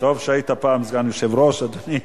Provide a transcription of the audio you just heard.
טוב שהיית פעם סגן יושב-ראש, אדוני,